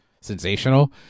sensational